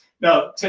now